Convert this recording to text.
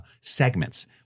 segments